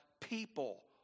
people